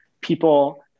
people